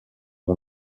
non